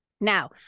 Now